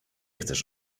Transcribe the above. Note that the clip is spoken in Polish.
chcesz